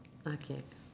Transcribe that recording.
okay